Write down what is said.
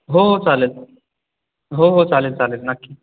हो चालेल हो हो चालेल चालेल नक्की